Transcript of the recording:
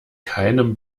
keinem